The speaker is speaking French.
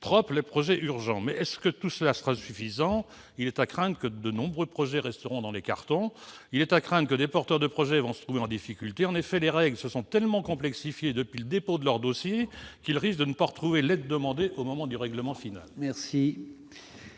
propres les projets urgents. Tout cela sera-t-il suffisant ? Il est à craindre que de nombreux projets ne restent dans les cartons et que des porteurs de projets ne se trouvent en difficultés. En effet, les règles se sont tellement complexifiées depuis le dépôt de leur dossier ... Oui !... qu'ils risquent de ne pas retrouver l'aide demandée au moment du règlement final.